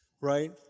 right